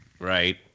Right